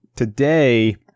Today